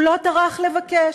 הוא לא טרח לבקש.